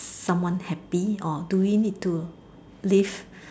someone happy or do we need to live